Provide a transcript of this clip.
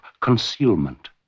concealment